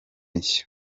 nshya